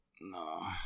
No